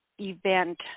event